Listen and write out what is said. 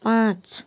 पाँच